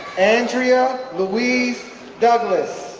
andrea louise douglas,